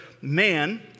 man